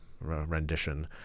rendition